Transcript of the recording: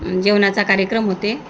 जेवणाचा कार्यक्रम होते